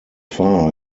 far